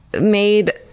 made